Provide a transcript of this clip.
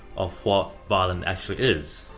of what violin actually is.